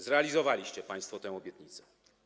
Zrealizowaliście państwo tę obietnicę.